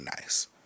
nice